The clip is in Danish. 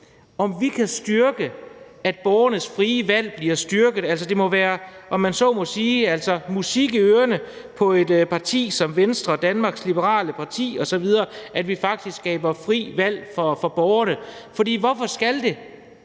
om vi kan styrke, at borgernes frie valg bliver styrket. Altså, det må være, om man så må sige, musik i ørerne for et parti som Venstre, Danmarks Liberale Parti, osv., at vi faktisk skaber frit valg for borgerne, for hvorfor skal det